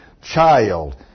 child